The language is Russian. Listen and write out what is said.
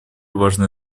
важный